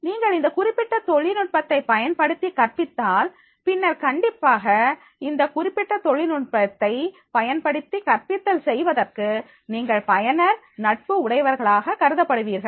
நீங்கள் இந்த குறிப்பிட்ட தொழில்நுட்பத்தை பயன்படுத்தி கற்பித்தால் பின்னர் கண்டிப்பாக இந்த குறிப்பிட்ட தொழில்நுட்பத்தை பயன்படுத்தி கற்பித்தல் செய்வதற்கு நீங்கள் பயனர் நட்பு உடையவர்களாக கருதப்படுவீர்கள்